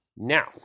Now